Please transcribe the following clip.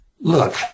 look